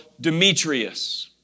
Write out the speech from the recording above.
Demetrius